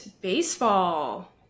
baseball